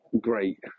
great